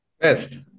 Best